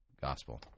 gospel